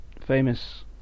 famous